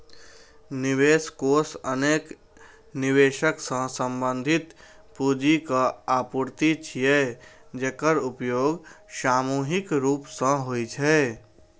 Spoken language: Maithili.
निवेश कोष अनेक निवेशक सं संबंधित पूंजीक आपूर्ति छियै, जेकर उपयोग सामूहिक रूप सं होइ छै